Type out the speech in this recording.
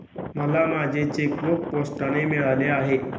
मला माझे चेकबूक पोस्टाने मिळाले आहे